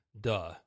duh